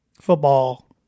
Football